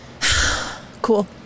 Cool